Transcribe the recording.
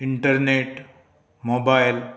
internet mobile